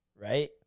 right